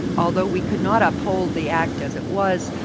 although we could not uphold the act as it was,